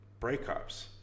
breakups